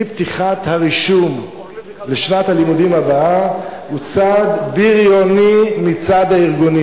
אי-פתיחת הרישום לשנת הלימודים הבאה היא צעד בריוני מצד הארגונים.